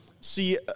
see